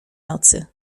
nocy